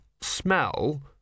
smell